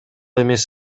эмес